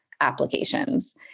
applications